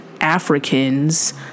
Africans